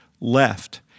left